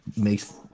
makes